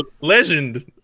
Legend